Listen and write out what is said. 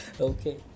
Okay